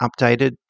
updated